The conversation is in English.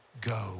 go